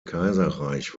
kaiserreich